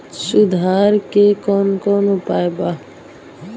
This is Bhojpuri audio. सुधार के कौन कौन उपाय वा?